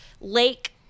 lake